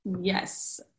Yes